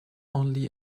only